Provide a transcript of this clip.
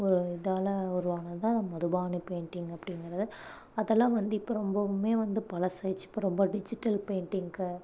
ஒரு இதால் உருவானது தான் மதுபானிப் பெயிண்டிங்கை அப்படிங்கிறது அதெல்லாம் வந்து இப்போ ரொம்பவுமே வந்து பழசாயிருச்சி இப்போ ரொம்ப டிஜிட்டல் பெயிண்டிங்க்கு